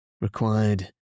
required